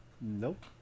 Nope